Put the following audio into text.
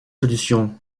solution